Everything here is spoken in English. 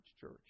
church